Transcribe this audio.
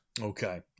Okay